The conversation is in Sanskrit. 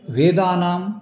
वेदानां